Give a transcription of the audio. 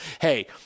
hey